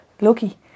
lucky